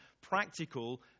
practical